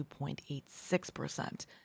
2.86%